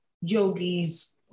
yogis